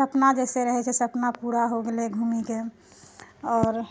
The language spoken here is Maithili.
सपना जैसे रहै छै सपना पूरा हो गेलै घुमिकऽ आओर